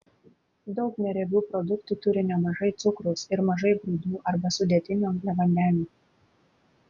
daug neriebių produktų turi nemažai cukraus ir mažai grūdų arba sudėtinių angliavandenių